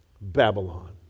Babylon